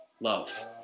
Love